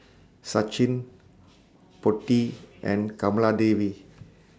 Sachin Potti and Kamaladevi